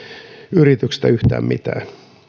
yrityksestä yhtään mitään